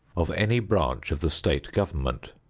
of any branch of the state government.